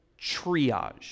triage